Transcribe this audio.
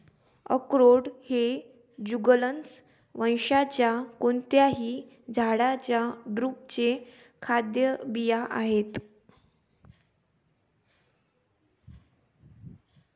अक्रोड हे जुगलन्स वंशाच्या कोणत्याही झाडाच्या ड्रुपचे खाद्य बिया आहेत